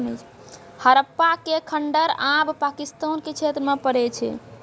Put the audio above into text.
हड़प्पा के खंडहर आब पाकिस्तान के क्षेत्र मे पड़ै छै